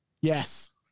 Yes